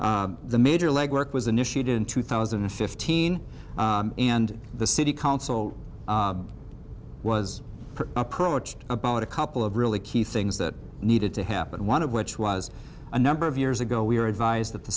the major legwork was initiated in two thousand and fifteen and the city council was approached about a couple of really key things that needed to happen one of which was a number of years ago we were advised that the